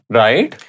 right